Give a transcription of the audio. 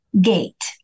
gate